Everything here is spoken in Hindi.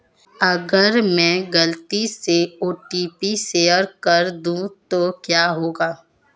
अगर मैं गलती से ओ.टी.पी शेयर कर दूं तो क्या होगा?